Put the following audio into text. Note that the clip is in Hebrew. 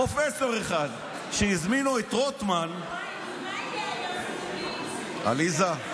פרופסור אחד, שהזמין את רוטמן, מה יהיה, עליזה,